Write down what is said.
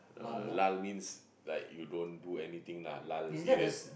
uh lull means like you don't do anything lah lull period